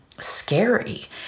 Scary